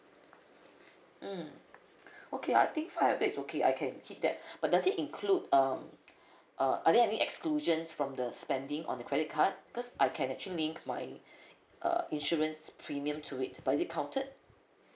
mm okay I think five hundred okay I can hit that but does it include um uh are there any exclusions from the spending on the credit card because I can actually link my uh insurance premium to it but is it counted